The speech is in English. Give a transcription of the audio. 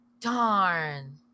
darn